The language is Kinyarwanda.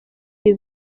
ibi